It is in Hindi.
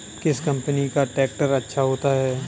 किस कंपनी का ट्रैक्टर अच्छा होता है?